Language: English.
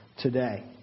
today